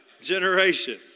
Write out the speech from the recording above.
generation